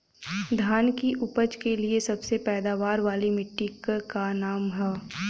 धान की उपज के लिए सबसे पैदावार वाली मिट्टी क का नाम ह?